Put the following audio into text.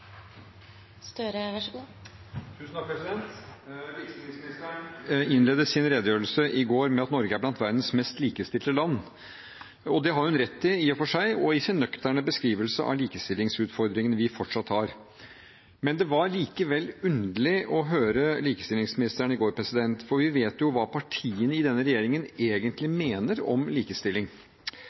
innledet sin redegjørelse i går med at Norge er blant verdens mest likestilte land. Det har hun rett i, i og for seg – også i sin nøkterne beskrivelse av likestillingsutfordringene vi fortsatt har. Men det var likevel underlig å høre likestillingsministeren i går, for vi vet jo hva partiene i denne regjeringen egentlig mener om likestilling.